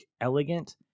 elegant